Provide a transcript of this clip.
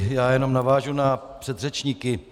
Já jen navážu na předřečníky.